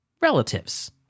relatives